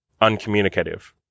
uncommunicative